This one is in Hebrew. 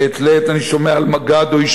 מעת לעת אני שומע על מג"ד או איש